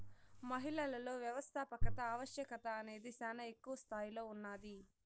మహిళలలో వ్యవస్థాపకత ఆవశ్యకత అనేది శానా ఎక్కువ స్తాయిలో ఉన్నాది